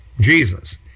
Jesus